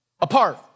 Apart